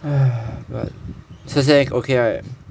!hais! but 现在应该 okay right